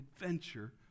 adventure